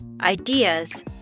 ideas